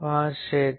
वहाँ क्षेत्र